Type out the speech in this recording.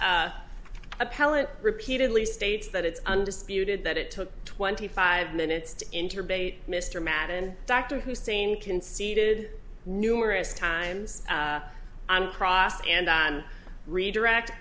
appellant repeatedly states that it's undisputed that it took twenty five minutes to enter bait mr madden dr hussein conceded numerous times on cross and redirect